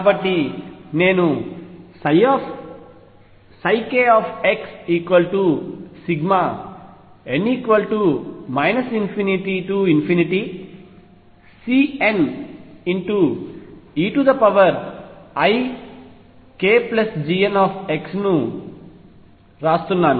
కాబట్టి నేను kxn ∞CneikGnx ను రాస్తున్నాను